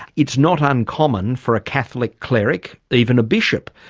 it's not uncommon for a catholic cleric, even a bishop,